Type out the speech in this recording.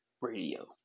radio